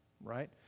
Right